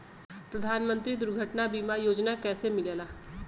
प्रधानमंत्री दुर्घटना बीमा योजना कैसे मिलेला?